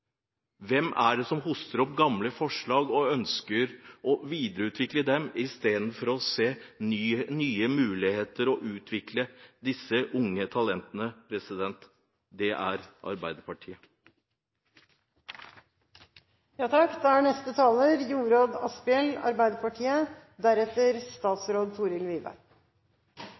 Hvem er det som hoster opp gamle forslag og ønsker og videreutvikler dem istedenfor å se nye muligheter og utvikle disse unge talentene? Det er Arbeiderpartiet. Norge er